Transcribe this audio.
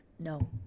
No